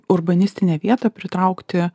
urbanistinę vietą pritraukti